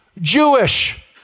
Jewish